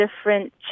different